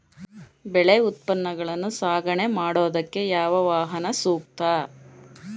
ಬೆಳೆ ಉತ್ಪನ್ನಗಳನ್ನು ಸಾಗಣೆ ಮಾಡೋದಕ್ಕೆ ಯಾವ ವಾಹನ ಸೂಕ್ತ?